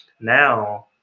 now